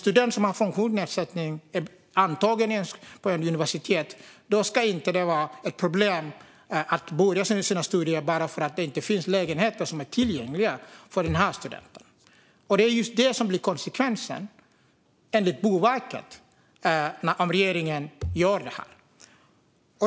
Om en student som har en funktionsnedsättning är antagen på ett universitet ska det inte vara något problem att påbörja studierna bara för att det inte finns lägenheter som är tillgängliga för den studenten. Enligt Boverket är det just det som blir konsekvensen om regeringen gör detta.